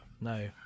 No